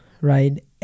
right